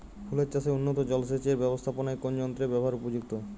ফুলের চাষে উন্নত জলসেচ এর ব্যাবস্থাপনায় কোন যন্ত্রের ব্যবহার উপযুক্ত?